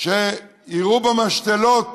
שיראו במשתלות